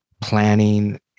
planning